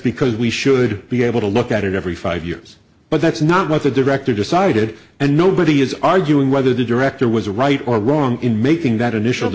because we should be able to look at it every five years but that's not what the director decided and nobody is arguing whether the director was right or wrong in making that initial